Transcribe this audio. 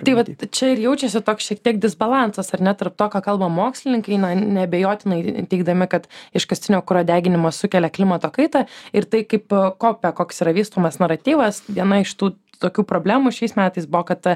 tai vat čia ir jaučiasi toks šiek tiek disbalansas ar ne tarp to ką kalba mokslininkai neabejotinai teigdami kad iškastinio kuro deginimas sukelia klimato kaitą ir tai kaip kope koks yra vystomas naratyvas viena iš tų tokių problemų šiais metais buvo kad